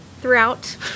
throughout